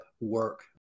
work